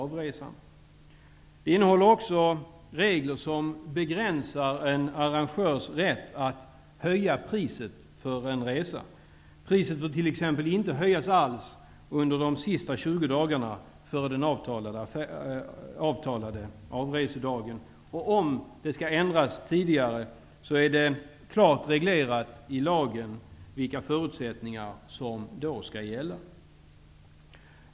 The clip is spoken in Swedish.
Förslaget innehåller också regler som begränsar en arrangörs rätt att höja priset för en resa. Priset får t.ex. inte höjas under de sista 20 dagarna före den avtalade avresedagen. Om priset skall ändras tidigare är det klart reglerat i lagen vilka förutsättningar som skall gälla.